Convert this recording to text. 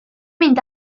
mynd